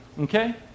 Okay